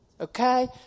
Okay